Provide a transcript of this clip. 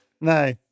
no